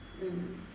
mm